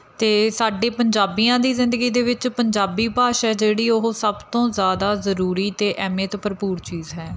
ਅਤੇ ਸਾਡੇ ਪੰਜਾਬੀਆਂ ਦੀ ਜ਼ਿੰਦਗੀ ਦੇ ਵਿੱਚ ਪੰਜਾਬੀ ਭਾਸ਼ਾ ਜਿਹੜੀ ਉਹ ਸਭ ਤੋਂ ਜ਼ਿਆਦਾ ਜ਼ਰੂਰੀ ਅਤੇ ਅਹਿਮੀਅਤ ਭਰਪੂਰ ਚੀਜ਼ ਹੈ